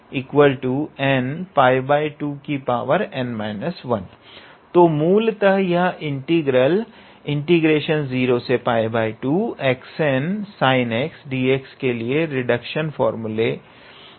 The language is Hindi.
तो मूलतः यह इंटीग्रल 0π2xnsinxdx के लिए रिडक्शन फार्मूला का हल है